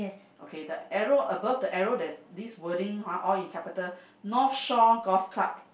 okay the arrow above the arrow there's this wording !huh! all in capital North show golf club